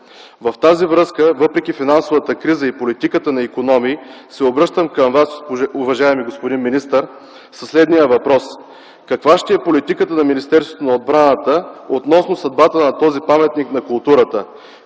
В тази връзка, въпреки финансовата криза и политиката на икономии, се обръщам към Вас, уважаеми господин министър, със следния въпрос: Каква ще е политиката на Министерството на отбраната относно съдбата на този паметник на културата?